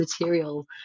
material